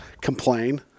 complain